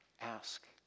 Ask